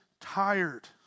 tired